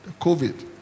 COVID